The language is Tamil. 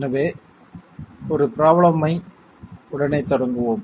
எனவே ஒரு ப்ரோப்லேம் ஐ உடனே தொடங்குவோம்